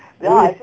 then we